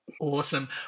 Awesome